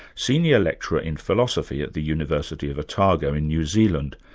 senior lecturer in philosophy at the university of otago in new zealand.